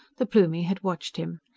the plumie had watched him.